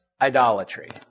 idolatry